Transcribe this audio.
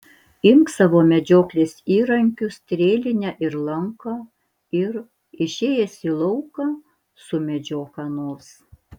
imk savo medžioklės įrankius strėlinę ir lanką ir išėjęs į lauką sumedžiok ką nors